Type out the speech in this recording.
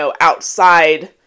outside